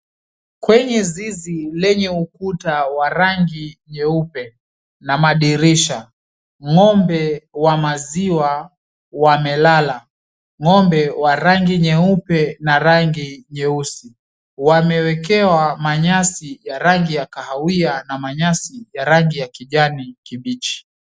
Kwenye zizi lenye ukuta wa rangi nyeupe na madirisha. Ng'ombe wa maziwa wamelala. Ng'ombe wa rangi nyeupe na rangi nyeusi, wamewekewa manyasi ya rangi ya kahawia na manyasi ya rangi ya kijani kibichi.